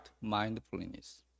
mindfulness